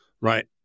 Right